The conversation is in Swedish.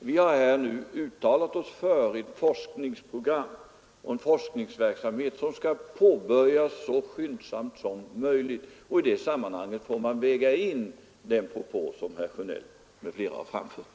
Vi har nu uttalat oss för ett forskningsprogram och en forskningsverksamhet som skall påbörjas så skyndsamt som möjligt. I det sammanhanget får man väga in den propå som herr Sjönell m.fl. har framfört.